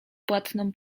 płatną